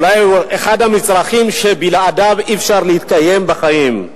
אולי זה אחד המצרכים שבלעדיו אי-אפשר להתקיים בחיים.